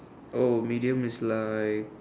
oh idiom is like